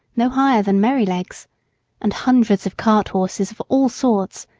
no higher than merrylegs and hundreds of cart horses of all sorts,